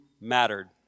mattered